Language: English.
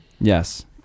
Yes